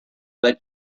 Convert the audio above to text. that